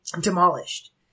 demolished